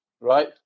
Right